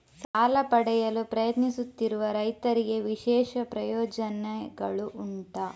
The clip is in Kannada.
ಸಾಲ ಪಡೆಯಲು ಪ್ರಯತ್ನಿಸುತ್ತಿರುವ ರೈತರಿಗೆ ವಿಶೇಷ ಪ್ರಯೋಜನೆಗಳು ಉಂಟಾ?